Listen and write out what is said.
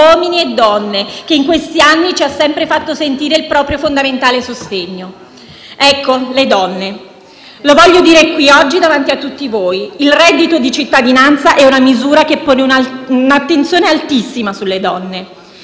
uomini e donne che in questi anni ci ha sempre fatto sentire il proprio, fondamentale sostegno. Ecco, le donne. Lo voglio dire oggi, davanti a tutti voi: il reddito di cittadinanza è una misura che pone un'attenzione altissima sulle donne.